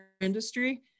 industry